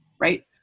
right